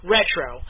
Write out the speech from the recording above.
Retro